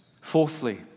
Fourthly